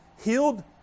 healed